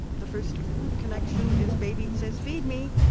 the first connection is baby says feed me,